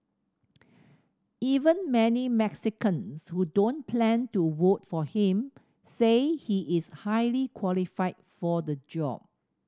even many Mexicans who don't plan to vote for him say he is highly qualified for the job